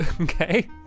okay